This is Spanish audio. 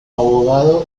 abogado